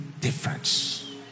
difference